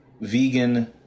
vegan